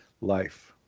life